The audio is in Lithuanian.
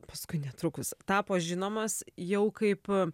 paskui netrukus tapo žinomas jau kaip